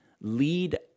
lead